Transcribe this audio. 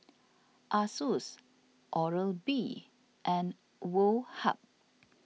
Asus Oral B and Woh Hup